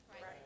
Right